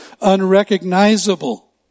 unrecognizable